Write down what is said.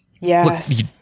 Yes